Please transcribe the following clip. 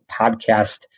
podcast